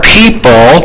people